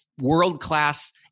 world-class